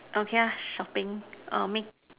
okay ah shopping err ma~